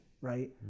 right